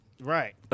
Right